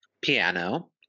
piano